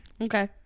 okay